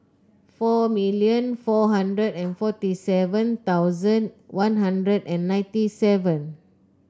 four million four hundred and forty seven thousand One Hundred and ninety seven